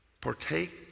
partake